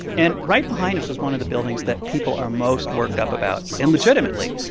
and right behind us was one of the buildings that people are most worked up about, and legitimately.